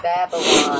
Babylon